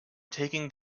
taking